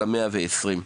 של המאה ה-20.